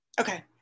okay